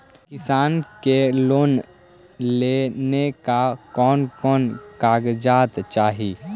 किसान के लोन लेने ला कोन कोन कागजात चाही?